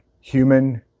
human